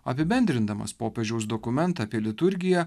apibendrindamas popiežiaus dokumentą apie liturgiją